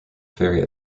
ferry